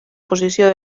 posició